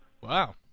Wow